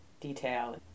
detail